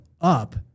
up